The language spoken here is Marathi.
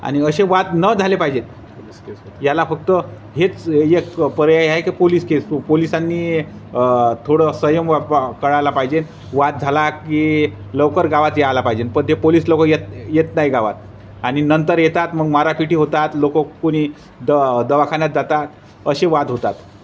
आणि असे वाद न झाले पाहिजेत याला फक्त हेच एक पर्याय आहे की पोलीस केस पोलिसांनी थोडं संयम वा वा कळायला पाहिजे वाद झाला की लवकर गावात यायला पाहिजे पण ते पोलीस लोक येत येत नाही गावात आणि नंतर येतात मग मारापिटी होतात लोक कुणी द दवाखान्यात जातात असे वाद होतात